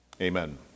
Amen